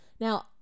Now